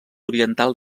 oriental